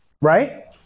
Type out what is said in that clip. right